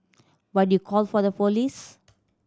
but you called for the police